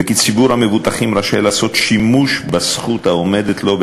וכי ציבור המבוטחים רשאי לעשות שימוש בזכות העומדת לו,